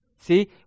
See